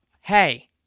hey